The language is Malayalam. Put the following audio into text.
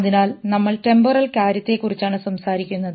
അതിനാൽ നമ്മൾ ടെമ്പോറൽ കാര്യത്തെക്കുറിച്ചാണ് സംസാരിക്കുന്നത്